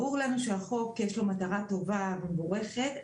ברור לנו שלחוק יש מטרה טובה ומבורכת,